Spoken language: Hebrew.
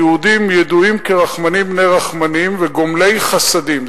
היהודים ידועים כרחמנים בני רחמנים וגומלי חסדים.